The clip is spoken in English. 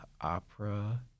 opera